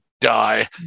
die